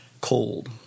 cold